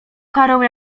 karę